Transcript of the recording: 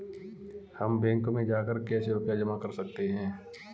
हम बैंक में जाकर कैसे रुपया जमा कर सकते हैं?